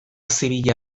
zibila